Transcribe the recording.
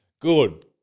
good